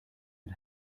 had